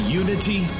unity